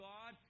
God